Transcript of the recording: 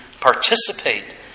participate